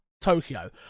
Tokyo